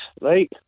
Right